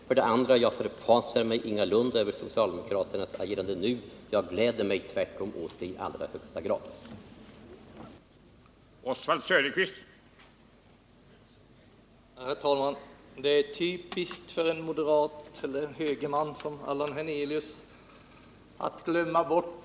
För det andra: Jag förfasar mig ingalunda över socialdemokraternas agerande nu — jag gläder mig tvärtom i allra högsta grad åt det.